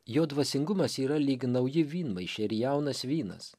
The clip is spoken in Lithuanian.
jo dvasingumas yra lyg nauji vynmaišiai ir jaunas vynas